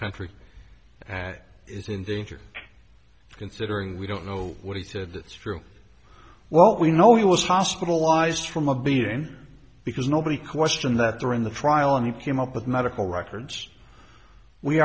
country and is in danger considering we don't know what he said that's true well we know he was hospitalized from a beating because nobody questioned that during the trial and he came up with medical records we